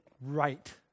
right